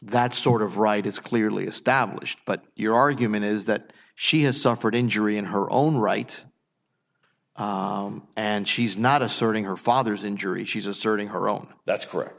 that sort of right is clearly established but your argument is that she has suffered injury in her own right and she's not asserting her father's injury she's asserting her own that's correct